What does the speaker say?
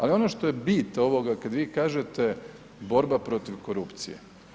Ali ono što je bit ovoga kad vi kažete borba protiv korupcije.